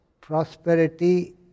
prosperity